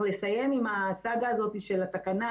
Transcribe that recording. צריך לסיים עם הסאגה הזאת של התקנה,